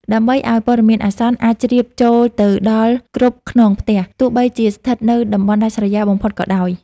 ដើម្បីឱ្យព័ត៌មានអាសន្នអាចជ្រាបចូលទៅដល់គ្រប់ខ្នងផ្ទះ ទោះបីជាស្ថិតនៅតំបន់ដាច់ស្រយាលបំផុតក៏ដោយ។